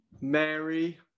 Mary